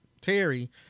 terry